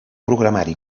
programari